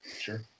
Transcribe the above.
Sure